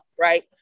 Right